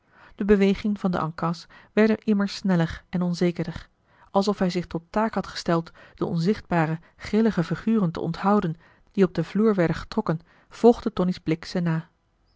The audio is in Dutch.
en cas marcellus emants een drietal novellen werden immer sneller en onzekerder alsof hij zich tot taak had gesteld de onzichtbare grillige figuren te onthouden die op den vloer werden getrokken volgde tonie's blik ze na